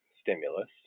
stimulus